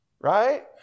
right